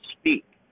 speak